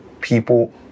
people